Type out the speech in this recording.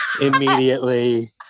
immediately